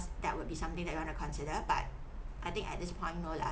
that would be something that you want to consider but I think at this point no lah